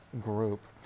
group